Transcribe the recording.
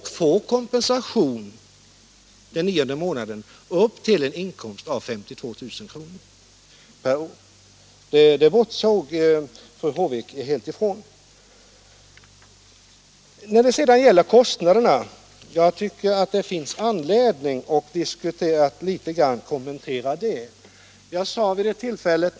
Hon får då kompensation den nionde månaden upp till en inkomst av 52000 kr. per år. Det bortsåg fru Håvik helt ifrån. Sedan tycker jag att det också finns anledning att något litet kommentera kostnadsfrågan.